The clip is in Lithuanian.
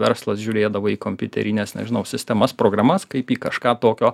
verslas žiūrėdavo į kompiuterines nežinau sistemas programas kaip į kažką tokio